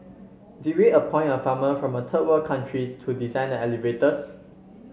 did we appoint a farmer from a third world country to design the elevators